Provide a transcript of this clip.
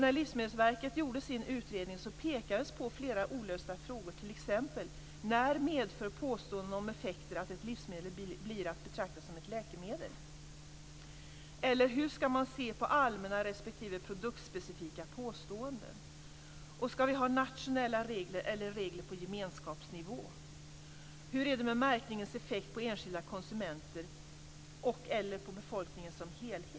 När Livsmedelsverket gjorde sin utredning pekade man på flera olösta frågor, såsom t.ex.: När medför påståenden om effekter att ett livsmedel blir att betrakta som ett läkemedel? Eller hur skall man se på allmänna respektive produktspecifika påståenden? Skall vi ha nationella regler eller regler på gemenskapsnivå? Hur är det med märkningens effekt på enskilda konsumenter och/eller på befolkningen som helhet?